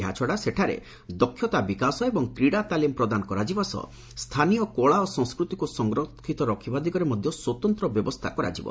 ଏହାଛଡ଼ା ସେଠାରେ ଦକ୍ଷତା ବିକାଶ ଏବଂ କ୍ରୀଡ଼ା ତାଲିମ ପ୍ରଦାନ କରାଯିବା ସହ ସ୍ଥାନୀୟ କଳା ଓ ସଂସ୍କୃତିକୁ ସଂରକ୍ଷିତ ରଖିବା ଦିଗରେ ମଧ୍ୟ ସ୍ପତନ୍ତ୍ର ବ୍ୟବସ୍ଥା କରାଯିବ